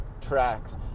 tracks